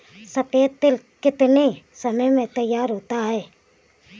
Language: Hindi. सफेद तिल कितनी समय में तैयार होता जाता है?